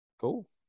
Cool